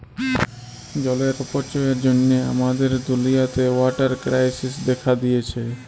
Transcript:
জলের অপচয়ের জ্যনহে আমাদের দুলিয়াতে ওয়াটার কেরাইসিস্ দ্যাখা দিঁয়েছে